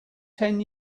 ten